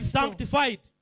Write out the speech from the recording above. sanctified